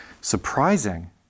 surprising